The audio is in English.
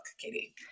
Katie